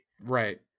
Right